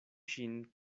ŝin